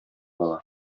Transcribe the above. ала